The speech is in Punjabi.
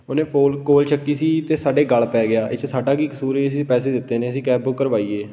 ਉਹਨੇ ਫੋਨ ਕੋਲ ਚੱਕੀ ਸੀ ਅਤੇ ਸਾਡੇ ਗਲ਼ ਪੈ ਗਿਆ ਇਸ 'ਚ ਸਾਡਾ ਕੀ ਕਸੂਰ ਹੈ ਅਸੀਂ ਪੈਸੇ ਦਿੱਤੇ ਨੇ ਅਸੀਂ ਕੈਬ ਬੁੱਕ ਕਰਵਾਈ ਹੈ